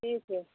ठीक छै